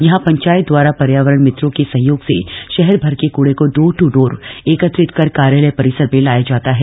यहां पंचायत दवारा पर्यावरण मित्रों के सहयोग से शहरभर के कूड़े को डोर टू डोर एकत्रित कर कार्यालय परिसर में लाया जाता है